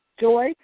joy